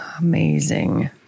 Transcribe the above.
Amazing